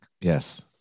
Yes